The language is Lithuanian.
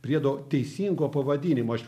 priedo teisingo pavadinimo aš